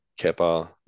Kepa